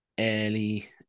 Early